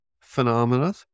phenomena